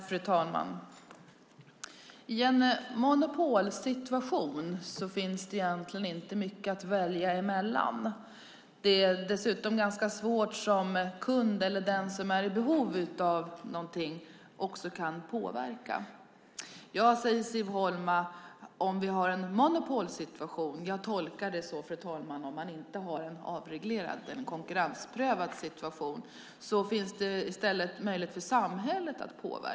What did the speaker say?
Fru talman! I en monopolsituation finns det egentligen inte mycket att välja mellan. Det är dessutom ganska svårt för kunden eller den som är i behov av någonting att påverka. Om vi har en monopolsituation, säger Siv Holma - jag tolkar det så, fru talman, om man inte har en avreglerad och konkurrensprövad situation - finns det i stället möjlighet för samhället att påverka.